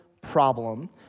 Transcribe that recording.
problem